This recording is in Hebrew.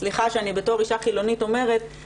סליחה שאני בתור אישה חילונית אומרת,